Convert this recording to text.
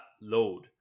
load